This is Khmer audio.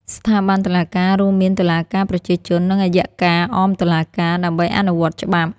ស្ថាប័នតុលាការ រួមមានតុលាការប្រជាជន និងអយ្យការអមតុលាការ ដើម្បីអនុវត្តច្បាប់។